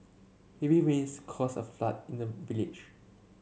heavy rains caused a flood in the village